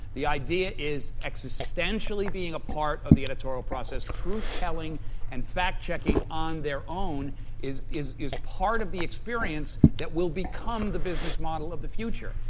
the idea is existentially being a part of the editorial process. truth telling and fact checking on their own is is part of the experience that will become the business model of the future.